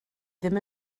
ddim